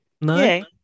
No